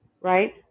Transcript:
Right